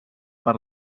per